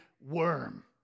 worm